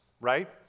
right